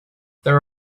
there